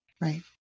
Right